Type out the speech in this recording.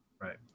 right